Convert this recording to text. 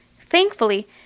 Thankfully